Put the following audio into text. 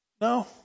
No